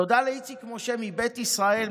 תודה לאיציק משה מ"בית ישראל",